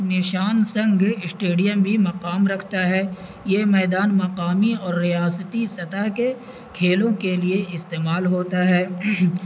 نشان سنگ اسٹیڈیم بھی مقام رکھتا ہے یہ میدان مقامی اور ریاستی سطح کے کھیلوں کے لیے استعمال ہوتا ہے